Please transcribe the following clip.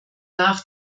nach